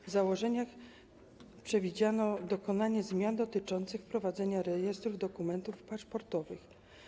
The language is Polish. W założeniach przewidziano dokonanie zmian dotyczących wprowadzenia rejestru dokumentów paszportowych.